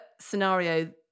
scenario